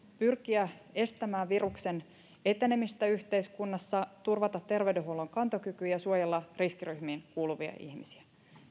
pyrkiä estämään viruksen etenemistä yhteiskunnassa turvata terveydenhuollon kantokyky ja suojella riskiryhmiin kuuluvia ihmisiä